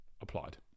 applied